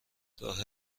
راه